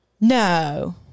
No